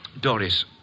Doris